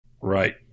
Right